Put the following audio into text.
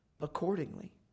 accordingly